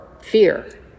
fear